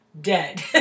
dead